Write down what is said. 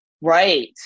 Right